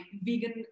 vegan